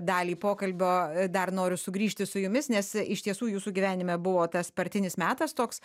dalį pokalbio dar noriu sugrįžti su jumis nes iš tiesų jūsų gyvenime buvo tas partinis metas toks